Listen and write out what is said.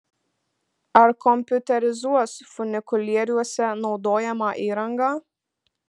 ar kompiuterizuos funikulieriuose naudojamą įrangą